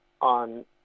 on